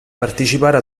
partecipare